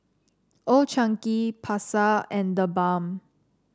Old Chang Kee Pasar and TheBalm